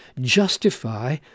justify